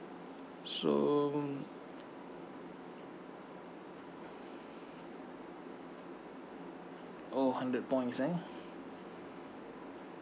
so oh hundred points eh